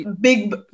big